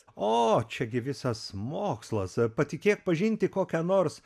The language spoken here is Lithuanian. o čia gi visas mokslas patikėk pažinti kokią nors